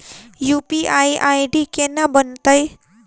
UPI ID केना बनतै?